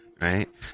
right